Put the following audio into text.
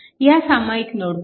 ह्या सामायिक नोडपाशी